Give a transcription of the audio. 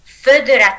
further